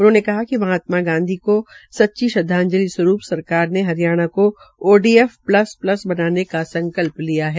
उन्होंने कहा कि महात्मा गांधी को सच्ची श्रदवाजंलि स्वरूप सरकार ने हरियाणा को ओडी फ प्ल्स प्सल बनाने को संक्ल्प किया है